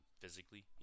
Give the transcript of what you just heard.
physically